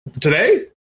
today